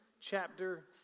chapter